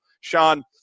Sean